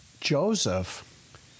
Joseph